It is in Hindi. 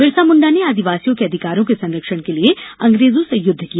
बिरसामुण्डा ने आदिवासियों के अधिकारों के संरक्षण के लिये अंग्रेजों से य्रद्ध किया